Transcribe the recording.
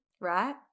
right